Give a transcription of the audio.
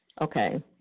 Okay